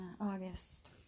August